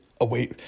away